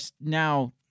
now